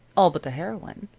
all but the heroine.